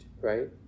right